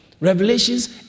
revelations